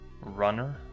Runner